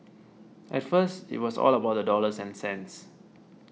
at first it was all about the dollars and cents